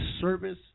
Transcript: service